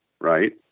right